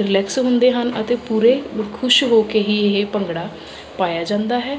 relax ਹੁੰਦੇ ਹਨ ਅਤੇ ਪੂਰੇ ਖੁਸ਼ ਹੋ ਕੇ ਹੀ ਇਹ ਭੰਗੜਾ ਪਾਇਆ ਜਾਂਦਾ ਹੈ